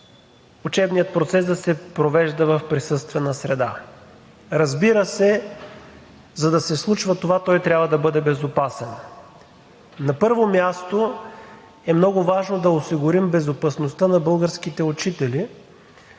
учебният процес да се провежда в присъствена среда. Разбира се, за да се случва това, той трябва да бъде безопасен. На първо място, е много важно да осигурим безопасността на българските учители,